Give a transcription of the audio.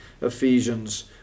Ephesians